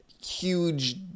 huge